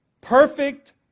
perfect